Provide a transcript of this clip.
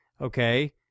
okay